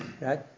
right